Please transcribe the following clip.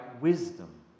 wisdom